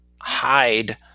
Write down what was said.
hide